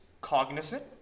cognizant